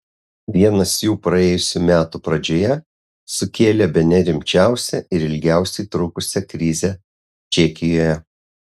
vienas jų praėjusių metų pradžioje sukėlė bene rimčiausią ir ilgiausiai trukusią krizę čekijoje